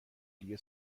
دیگه